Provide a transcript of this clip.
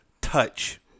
touch